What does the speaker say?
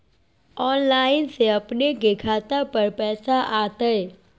Online से अपने के खाता पर पैसा आ तई?